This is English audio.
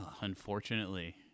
Unfortunately